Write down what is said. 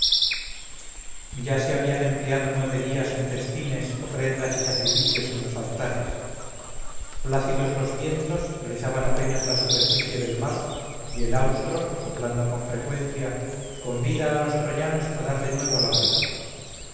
ya se habían empleado nueve días en festines ofrendas y sacrificios en los altares plácidos los vientos rizaban apenas la superficie del mar y el austro soplando con frecuencia convida a los troyanos a dar de nuevo la vela